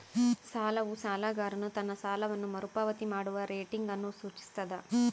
ಸಾಲವು ಸಾಲಗಾರನು ತನ್ನ ಸಾಲವನ್ನು ಮರುಪಾವತಿ ಮಾಡುವ ರೇಟಿಂಗ್ ಅನ್ನು ಸೂಚಿಸ್ತದ